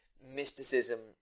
mysticism